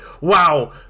wow